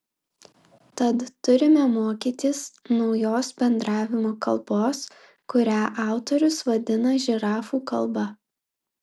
tad turime mokytis naujos bendravimo kalbos kurią autorius vadina žirafų kalba